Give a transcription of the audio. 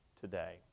today